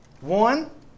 One